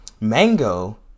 mango